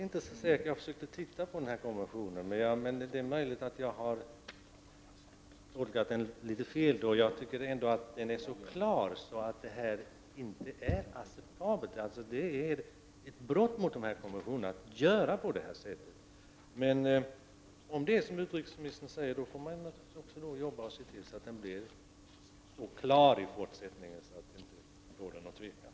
Herr talman! Jag har suttit och tittat på texten i den här konventionen, och det är möjligt att jag har tolkat den litet fel. Jag tycker ändå att den är så klar att man kan anse att det här inte är acceptabelt. Det är ett brott mot konventionen att göra på det här sättet. Om det är som utrikesministern säger, får man naturligtvis arbeta på att se till att den blir så klar i fortsättningen att det inte blir någon tvekan på den här punkten.